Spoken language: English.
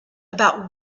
about